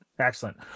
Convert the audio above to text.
Excellent